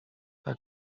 tak